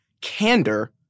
candor